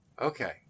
Okay